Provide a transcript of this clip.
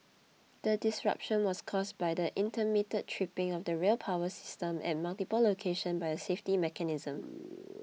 the disruption was caused by the intermittent tripping of the rail power system at multiple locations by a safety mechanism